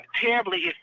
terribly